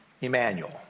Emmanuel